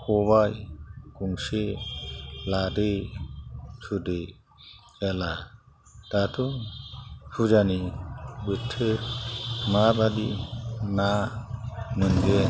खबाइ गंसे लादो थुदो हेला दाथ' फुजानि बोथोर माबायदि ना मोनगोन